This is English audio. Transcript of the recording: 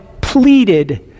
pleaded